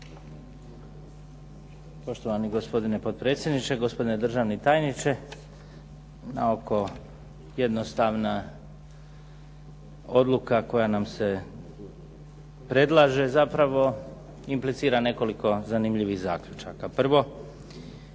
Poštovani gospodine potpredsjedniče, gospodine državni tajniče. Na oko jednostavna odluka koja nam se predlaže zapravo implicira nekoliko zanimljivih zaključaka. Prvo,